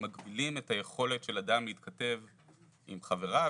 מגבילים את היכולת של אדם להתכתב עם חבריו,